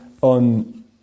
on